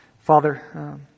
Father